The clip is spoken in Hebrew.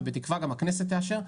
ובתקווה גם הכנסת תאשר,